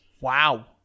Wow